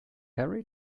harry